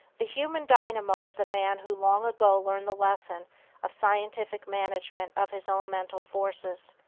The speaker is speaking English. the human dynamo is a man who long ago learned the lesson of scientific management of his own mental forces.